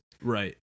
Right